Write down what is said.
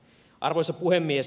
arvoisa puhemies